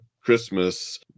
Christmas